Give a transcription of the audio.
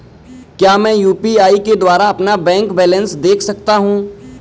क्या मैं यू.पी.आई के द्वारा अपना बैंक बैलेंस देख सकता हूँ?